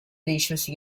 değişmesi